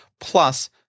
plus